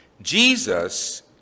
Jesus